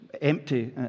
empty